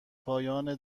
پایان